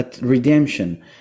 redemption